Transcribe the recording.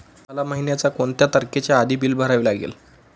मला महिन्याचा कोणत्या तारखेच्या आधी बिल भरावे लागेल?